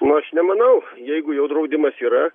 nu aš nemanau jeigu jau draudimas yra